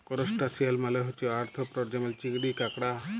করসটাশিয়াল মালে হছে আর্থ্রপড যেমল চিংড়ি, কাঁকড়া